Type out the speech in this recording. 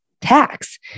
tax